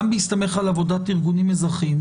גם בהסתמך על עבודת ארגונים אזרחים,